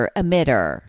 emitter